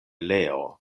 leo